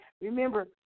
Remember